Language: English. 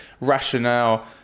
rationale